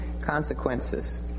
consequences